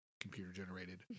computer-generated